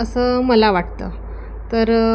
असं मला वाटतं तर